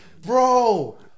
Bro